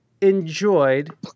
enjoyed